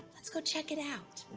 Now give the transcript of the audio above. let's go check it out.